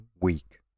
weak